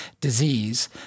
disease